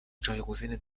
جایگزین